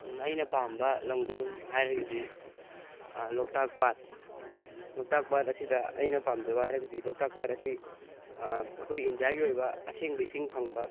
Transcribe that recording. ꯑꯩꯅ ꯄꯥꯝꯕ ꯂꯝ ꯀꯣꯏꯐꯝ ꯍꯥꯏꯔꯒꯗꯤ ꯂꯣꯛꯇꯥꯛ ꯄꯥꯠ ꯂꯣꯛꯇꯥꯛ ꯄꯥꯠ ꯑꯁꯤꯗ ꯑꯩꯅ ꯄꯥꯝꯖꯕ ꯍꯥꯏꯔꯒꯗꯤ ꯂꯣꯛꯇꯥꯛ ꯄꯥꯠ ꯑꯁꯤ ꯑꯩꯈꯣꯏ ꯏꯟꯗꯤꯌꯥꯒꯤ ꯑꯣꯏꯕ ꯑꯁꯦꯡꯕ ꯏꯁꯤꯡ ꯐꯪꯕ